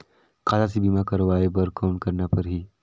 खाता से बीमा करवाय बर कौन करना परही?